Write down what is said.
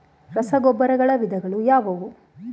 ರಸಗೊಬ್ಬರಗಳ ವಿಧಗಳು ಯಾವುವು?